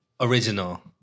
original